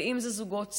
אם אלה זוגות צעירים,